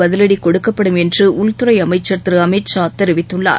பதிவட கொடுக்கப்படும் என்று மத்திய உள்துறை அமைச்சர் திரு அமித்ஷா தெரிவித்துள்ளார்